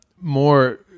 more